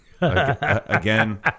again